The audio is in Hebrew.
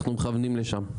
אנחנו מכוונים לשם.